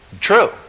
true